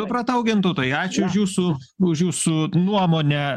supratau gintautai ačiū už jūsų už jūsų nuomonę